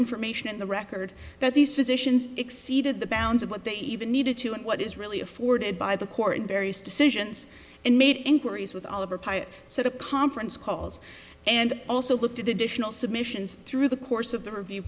information in the record that these physicians exceeded the bounds of what they even needed to and what is really afforded by the court in various decisions and made inquiries with all of our sort of conference calls and also looked at additional submissions through the course of the review